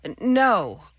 No